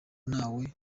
ntawe